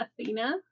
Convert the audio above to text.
athena